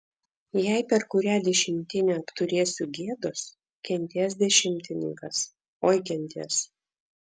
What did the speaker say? jei per kurią dešimtinę apturėsiu gėdos kentės dešimtininkas oi kentės